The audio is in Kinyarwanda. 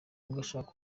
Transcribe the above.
ugashaka